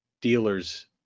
dealers